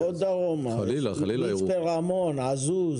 או דרומה: מצפה רמון, עזוז.